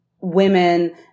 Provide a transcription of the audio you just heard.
women